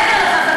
מעבר לכך,